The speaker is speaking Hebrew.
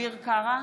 אביר קארה,